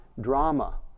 drama